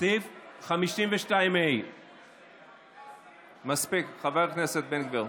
סעיף 52ה, מספיק, חבר הכנסת בן גביר.